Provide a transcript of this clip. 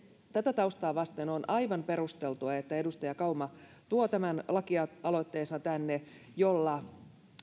tätä taustaa vasten on aivan perusteltua että edustaja kauma tuo tänne tämän lakialoitteensa jolla